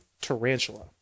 tarantula